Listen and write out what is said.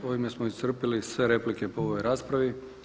Ovime smo iscrpili sve replike po ovoj raspravi.